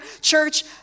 church